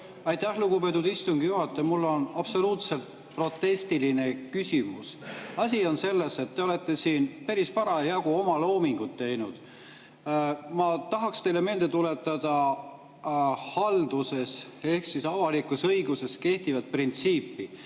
Aitäh, lugupeetud istungi juhataja! Mul on absoluutselt protestiline küsimus. Asi on selles, et te olete siin päris parasjagu omaloomingut teinud. Ma tahaks teile meelde tuletada halduses ehk avalikus õiguses kehtivat printsiipi: